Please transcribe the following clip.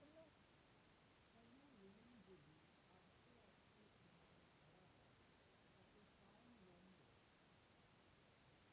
কোনো লোন যদি আস্তে আস্তে সময়ে ভরা হয় তাকে টার্ম লোন বলে